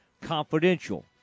Confidential